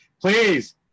please